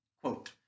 Quote